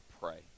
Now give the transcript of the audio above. pray